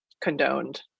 condoned